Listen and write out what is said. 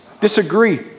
Disagree